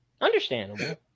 Understandable